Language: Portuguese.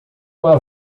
uma